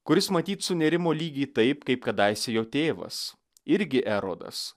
kuris matyt sunerimo lygiai taip kaip kadaise jo tėvas irgi erodas